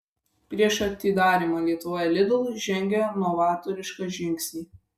prieš atidarymą lietuvoje lidl žengė novatorišką žingsnį